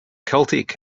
celtic